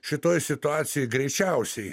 šitoj situacijoj greičiausiai